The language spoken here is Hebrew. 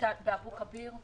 באבו כביר.